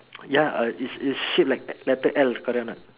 ya uh is is shaped like letter L correct or not